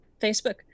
Facebook